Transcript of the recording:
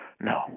No